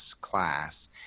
class